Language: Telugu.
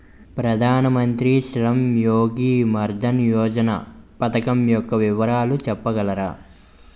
ప్రధాన మంత్రి శ్రమ్ యోగి మన్ధన్ యోజన పథకం యెక్క వివరాలు చెప్పగలరా?